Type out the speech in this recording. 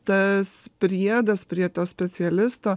tas priedas prie to specialisto